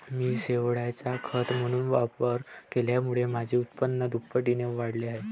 मी शेवाळाचा खत म्हणून वापर केल्यामुळे माझे उत्पन्न दुपटीने वाढले आहे